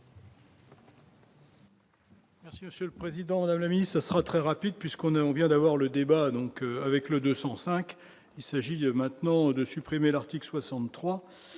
Merci monsieur le président, la vie, ce sera très rapide, puisqu'on a, on vient d'avoir le débat donc avec le 205, il s'agit maintenant de supprimer l'article 63